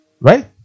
Right